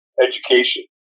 education